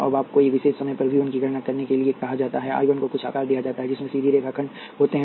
अब आपको एक विशेष समय पर V1 की गणना करने के लिए कहा जाता है और I 1 को कुछ आकार दिया जाता है जिसमें सीधी रेखा खंड होते हैं